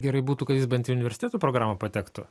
gerai būtų kai jis bent į universitetų programą patektų